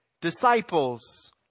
disciples